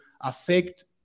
affect